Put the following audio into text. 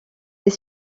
est